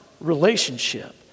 relationship